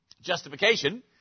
justification